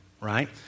right